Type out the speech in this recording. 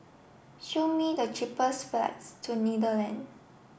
show me the cheapest flights to